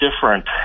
different